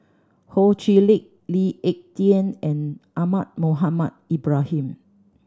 Ho Chee Lick Lee Ek Tieng and Ahmad Mohamed Ibrahim